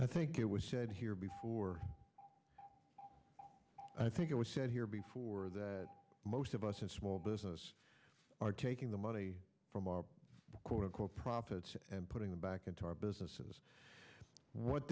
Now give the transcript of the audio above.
i think it was said here before i think it was said here before that most of us in small business are taking the money from our core profits and putting them back into our businesses what